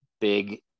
big